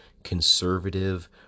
conservative